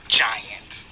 giant